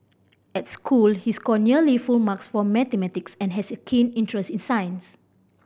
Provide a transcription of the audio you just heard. at school he score nearly full marks for mathematics and has a keen interest in science